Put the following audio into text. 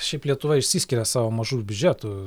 šiaip lietuva išsiskiria savo mažu biudžetu